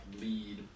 lead